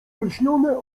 olśnione